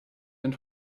and